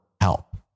help